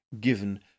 given